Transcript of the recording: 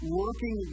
working